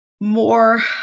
More